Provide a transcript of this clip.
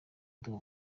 uduha